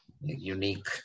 Unique